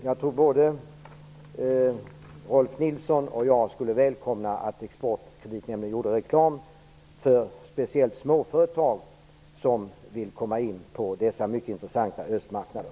Jag tror att både Rolf L Nilson och jag skulle välkomna att Exportkreditnämnden gjorde reklam för speciellt småföretag som vill komma in på dessa mycket intressanta östmarknader.